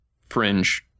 fringe